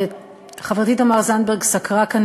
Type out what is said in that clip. חברתי תמר זנדברג סקרה כאן